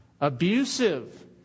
abusive